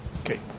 okay